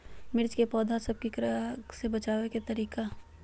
मिर्ची के पौधा सब के कीड़ा से बचाय के तरीका?